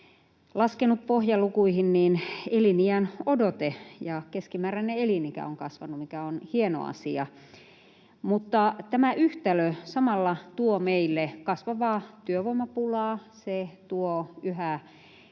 laskenut pohjalukuihin, eliniänodote ja keskimääräinen elinikä on kasvanut, mikä on hieno asia. Mutta tämä yhtälö samalla tuo meille kasvavaa työvoimapulaa, se tuo yhä